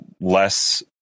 less